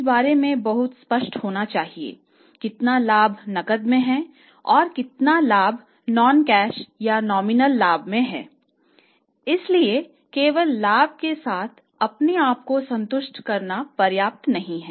इसलिए केवल लाभ के साथ अपने आपको संतुष्ट करना पर्याप्त नहीं है